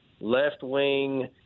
left-wing